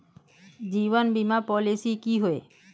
जीवन बीमा पॉलिसी की होय?